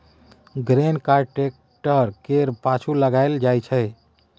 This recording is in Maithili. ग्रेन कार्ट टेक्टर केर पाछु लगाएल जाइ छै